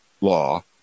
law